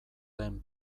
den